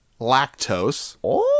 lactose